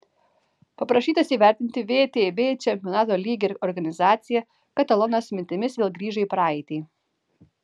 paprašytas įvertinti vtb čempionato lygį ir organizaciją katalonas mintimis vėl grįžo į praeitį